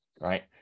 right